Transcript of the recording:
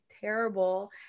terrible